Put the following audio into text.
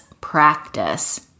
practice